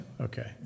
Okay